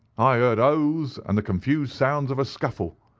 i heard oaths and the confused sounds of a scuffle.